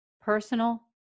personal